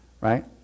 right